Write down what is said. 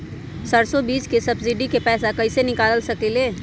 सरसों बीज के सब्सिडी के पैसा कईसे निकाल सकीले?